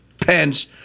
Pence